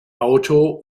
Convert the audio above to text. auto